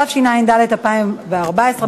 התשע"ד 2014,